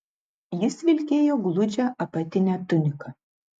jis vilkėjo gludžią apatinę tuniką